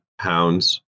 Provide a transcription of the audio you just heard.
pounds